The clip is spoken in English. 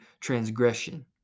transgression